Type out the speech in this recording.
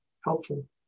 helpful